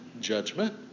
judgment